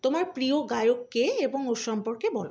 তোমার প্রিয় গায়ক কে এবং ওর সম্পর্কে বলো